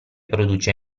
produce